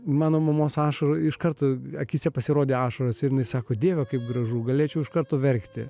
mano mamos ašarų iš karto akyse pasirodė ašaros ir jinai sako dieve kaip gražu galėčiau iš karto verkti